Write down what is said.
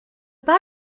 pas